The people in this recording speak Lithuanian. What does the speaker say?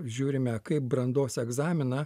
žiūrime kaip brandos egzaminą